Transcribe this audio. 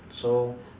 so